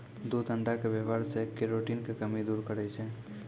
दूध अण्डा के वेवहार से केरोटिन के कमी दूर करै छै